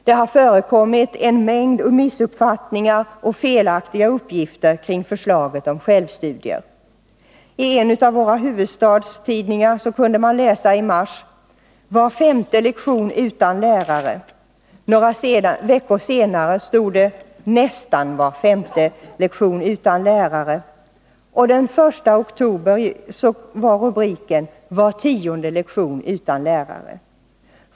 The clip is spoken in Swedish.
Det har förekommit en mängd missuppfattningar och felaktiga uppgifter kring förslaget om självstudier. I en av våra huvudstadstidningar kunde man läsa i mars: Var femte lektion utan lärare. — Några veckor senare stod det: Nästan var femte lektion utan lärare. Den 1 oktober var rubriken Var tionde lektion utan lärare.